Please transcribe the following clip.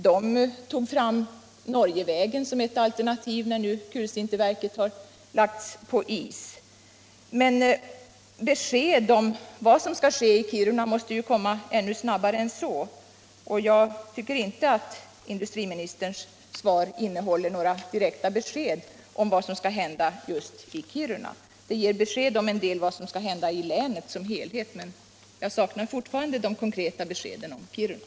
Där tog man fram Norgevägen som ett alternativ när nu planerna för kulsinterverket har lagts på is. Men besked om vad som skall ske i Kiruna måste ju komma snabbare än så. Jag tycker inte att industriministerns svar innehåller några direkta besked om vad som skall hända just i Kiruna. Det ger en del besked om vad som skall hända i länet som helhet, men jag saknar fortfarande de konkreta beskeden om Kiruna.